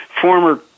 former